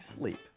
sleep